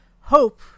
Hope